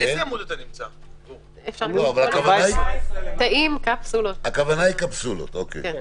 הכוונה היא קפסולות, אוקיי.